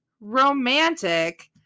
romantic